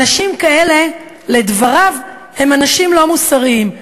אנשים כאלה, לדבריו, הם אנשים לא מוסריים.